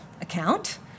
account